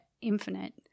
infinite